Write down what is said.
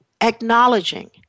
acknowledging